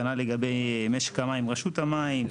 כנ"ל לגבי משק המים, רשות המים.